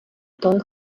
той